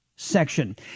section